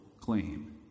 claim